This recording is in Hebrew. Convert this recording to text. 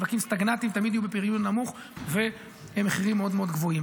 שווקים סטגנטיים תמיד יהיו בפריון נמוך במחירים מאוד מאוד גבוהים.